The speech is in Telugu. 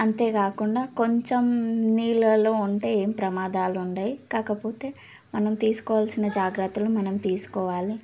అంతే కాకుండా కొంచెం నీళ్ళల్లో ఉంటే ఏం ప్రమాదాలు ఉండవు కాకపోతే మనం తీసుకోవాల్సిన జాగ్రత్తలు మనం తీసుకోవాలి